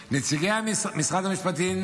לנציגי משרד המשפטים,